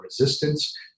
resistance